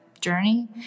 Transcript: journey